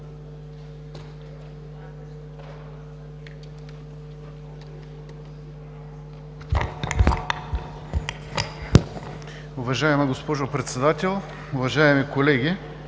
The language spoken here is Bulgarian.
Уважаема госпожо Председател, уважаеми колеги!